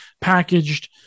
packaged